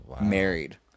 Married